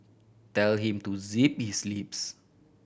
tell him to zip his lips